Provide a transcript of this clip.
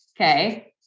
Okay